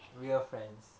real friends